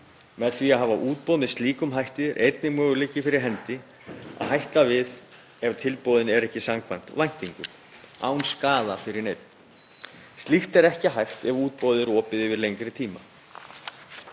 Með því að hafa útboð með slíkum hætti er einnig möguleiki fyrir hendi að hætta við ef tilboðin eru ekki samkvæmt væntingum án skaða fyrir neinn. Slíkt er ekki hægt ef útboðið er opið yfir lengri tíma.